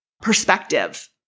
perspective